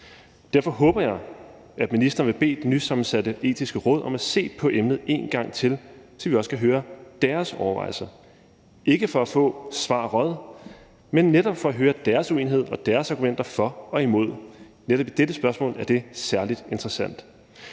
Derfor håber jeg, at ministeren vil bede det nysammensatte Etiske Råd om at se på emnet en gang til, så vi også kan høre deres overvejelser, ikke for at få svaret, men netop for at høre deres uenighed og deres argumenter for og imod. Netop i dette spørgsmål er det særlig interessant.